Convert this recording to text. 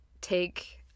take